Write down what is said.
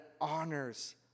honors